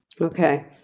Okay